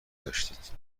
داشتید